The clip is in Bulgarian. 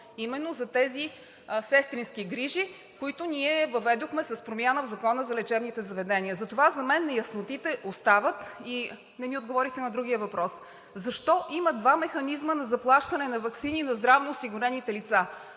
именно за тези сестрински грижи, които ние въведохме с промяна в Закона за лечебните заведения, затова за мен неяснотите остават. И не ми отговорихте на другия въпрос: защо има два механизъма на заплащане на ваксини на здравноосигурените лица?